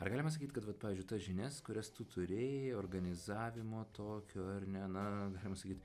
ar galima sakyt kad vat pavyzdžiui tas žinias kurias tu turėjai organizavimo tokio ar ne na galima sakyt